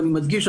ואני מדגיש,